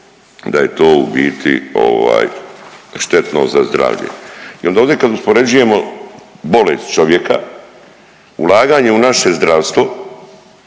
da je to u biti štetno za zdravlje. I onda ovdje kad uspoređujemo bolest čovjeka, ulaganje u naše zdravstvo